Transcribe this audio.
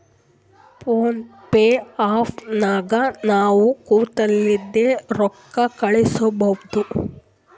phone pay app ನಾಗ್ ನಾವ್ ಕುಂತಲ್ಲಿಂದೆ ರೊಕ್ಕಾ ಕಳುಸ್ಬೋದು